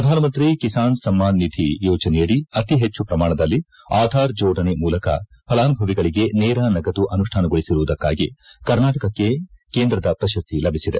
ಪ್ರಧಾನ ಮಂತ್ರಿ ಕಿಸಾನ್ ಸಮ್ಮಾನ್ ನಿಧಿ ಯೋಜನೆಯಡಿ ಅತಿಷೆಟ್ಟು ಪ್ರಮಾಣದಲ್ಲಿ ಆಧಾರ್ ಜೋಡಣೆ ಮೂಲಕ ಫಲಾನುಭವಿಗಳಿಗೆ ನೇರ ನಗದು ಅನುಷ್ಯಾನಗೊಳಿಸಿರುವುದಕ್ಕಾಗಿ ಕರ್ನಾಟಕಕ್ಕೆ ಕೇಂದ್ರದ ಪ್ರಶಸ್ತಿ ಲಭಿಸಿದೆ